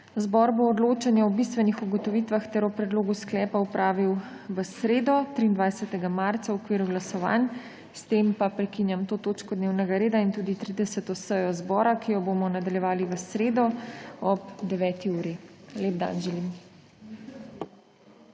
Zbor bo odločanje o bistvenih ugotovitvah teh o predlogu sklepa opravil v sredo, 23. marca, v okviru glasovanj. S tem pa prekinjam to točko dnevnega reda in tudi 30. sejo zbora, ki jo bomo nadaljevali v sredo ob 9. uri. Lep dan želim.